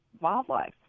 wildlife